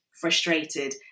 frustrated